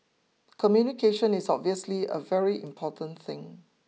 communication is obviously a very important thing